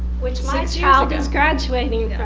which my child is graduating